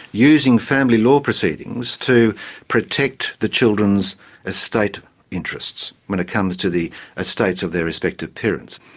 using family law proceedings to protect the children's estate interests when it comes to the estates of their respective parents.